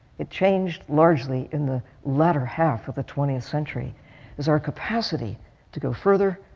it changed largely in the latter half of the twentieth century as our capacity to go further,